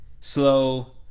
Slow